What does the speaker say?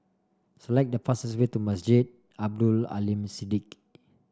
select the fastest way to Masjid Abdul Aleem Siddique